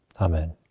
Amen